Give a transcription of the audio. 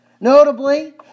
Notably